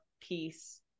piece